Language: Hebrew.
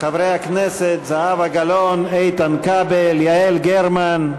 חברי הכנסת זהבה גלאון, איתן כבל, יעל גרמן,